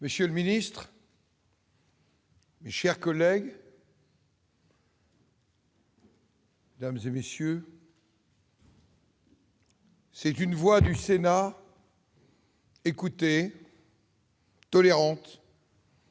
Monsieur le ministre, mes chers collègues, mesdames, messieurs, c'est une voix du Sénat écoutée, tolérante